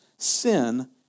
sin